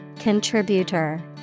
Contributor